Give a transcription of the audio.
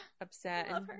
upset